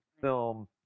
film